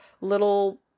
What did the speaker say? little